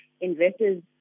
investors